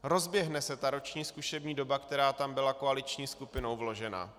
Rozběhne se roční zkušební doba, která tam byla koaliční skupinou vložena.